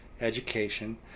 education